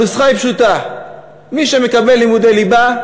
הנוסחה היא פשוטה: מי שמקבל לימודי ליבה,